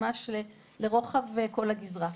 ממש לרוחב כל הגזרה.